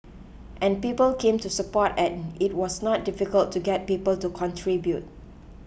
and people came to support and it was not difficult to get people to contribute